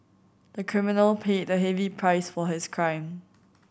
the criminal paid a heavy price for his crime